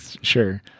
sure